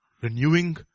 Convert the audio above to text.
Renewing